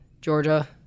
Georgia